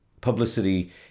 publicity